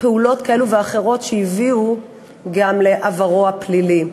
לפעולות כאלה ואחרות שהביאו גם לעברו הפלילי.